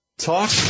talk